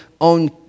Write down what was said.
own